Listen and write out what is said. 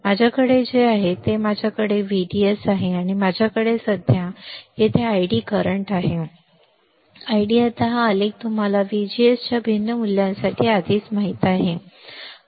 माझ्याकडे जे आहे ते माझ्याकडे व्हीडीएस आहे आणि माझ्याकडे सध्या येथे आयडी चालू आहे आयडी आता हा आलेख तुम्हाला व्हीजीएसच्या भिन्न मूल्यासाठी आधीच माहित आहे